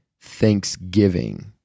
thanksgiving